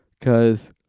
cause